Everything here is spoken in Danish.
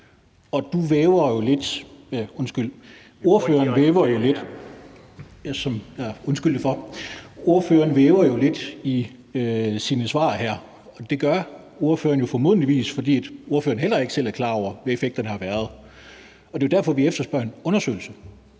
Og ordføreren væver jo lidt i sine svar her. Det gør ordføreren jo formodentlig, fordi ordføreren heller ikke selv er klar over, hvad effekterne har været. Det er jo derfor, vi efterspørger en undersøgelse.